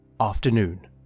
Afternoon